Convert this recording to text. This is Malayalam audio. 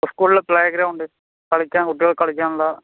സ്കൂളിൽ പ്ലൈഗ്രൗണ്ട് കളിയ്ക്കാൻ കുട്ടികൾക്ക് കളിക്കാനുള്ള